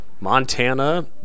montana